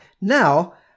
Now